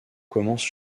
commence